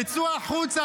תצאו החוצה.